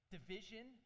Division